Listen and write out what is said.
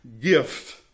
gift